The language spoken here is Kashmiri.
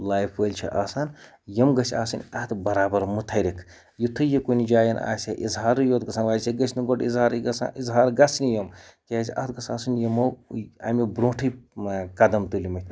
لایف وٲلۍ چھِ آسان یِم گٔژھ آسٕنۍ تَتھ برابر مُتحرِک یُتھُے یہِ کُنہِ جایہِ آسہِ ہے اِظہارے یوت گژھان ویسے گٔژھۍ نہٕ گۄڈٕ اِظہارٕے گژھان اِظہار گژھنی یِم کیٛازِ اَتھ گٔژھ آسٕنۍ یِمو اَمہِ بروںٛٹھٕے قدم تُلۍمٕتۍ